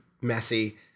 messy